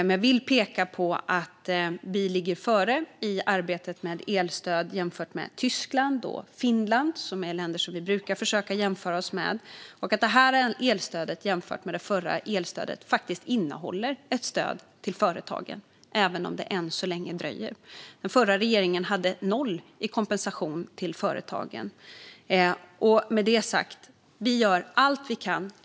Men jag vill peka på att vi ligger före i arbetet med elstöd jämfört med Tyskland och Finland, som är länder som vi brukar försöka jämföra oss med, och att det här elstödet jämfört med det förra elstödet faktiskt innehåller ett stöd till företagen, även om det än så länge dröjer. Förra regeringen hade noll i kompensation till företagen. Med det sagt: Vi gör allt vi kan.